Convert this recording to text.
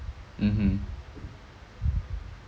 mmhmm